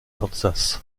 kansas